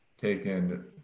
taken